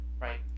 right